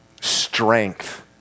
strength